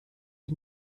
ihr